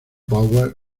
power